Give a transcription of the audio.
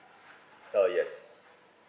ah yes